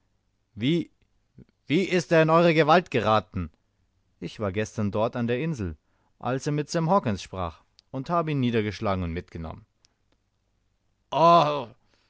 wie wie ist er in eure gewalt geraten ich war gestern dort an der insel als er mit sam hawkens sprach und habe ihn niedergeschlagen und mitgenommen